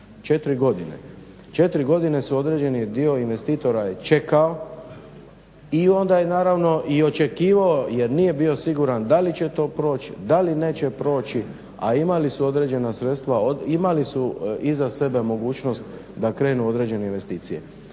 4 godine. 4 godine su određeni dio investitora je čekao i onda je naravno i očekivao jer nije bio siguran da li će to proći, da li neće proći, a imali su određena sredstva, imali su iza sebe mogućnost da krenu određene investicije.